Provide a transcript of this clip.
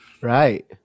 Right